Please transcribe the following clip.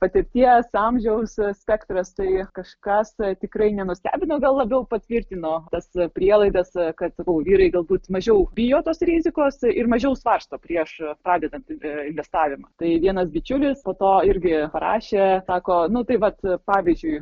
patirties amžiaus spektras tai kažkas tikrai nenustebino gal labiau patvirtino tas prielaidas kad vyrai galbūt mažiau bijo tos rizikos ir mažiau svarsto prieš pradedant investavimą tai vienas bičiulis po to irgi parašė sako nu tai vat pavyzdžiui